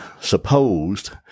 supposed